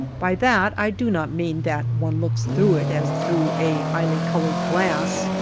by that i do not mean that one looks through it as through a highly colored glass.